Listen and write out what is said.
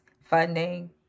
funding